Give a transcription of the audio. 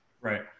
right